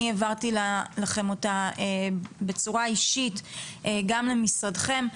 אני העברתי לכם אותה בצורה אישית גם למשרדכם.